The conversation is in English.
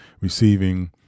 receiving